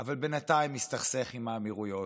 אבל בינתיים מסתכסך עם האמירויות.